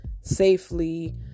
safely